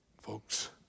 Folks